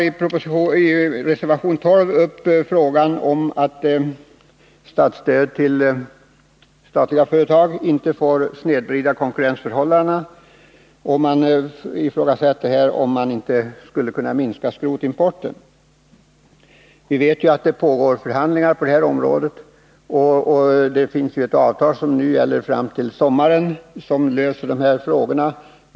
I reservation 12 tar man upp frågan om att statsstöd till statliga företag inte får snedvrida konkurrensförhållandena, och man ifrågasätter om man inte skulle kunna minska skrotimporten. Vi vet att det pågår förhandlingar på det området, och det finns ett avtal som gäller fram till sommaren och som löser de här frågorna.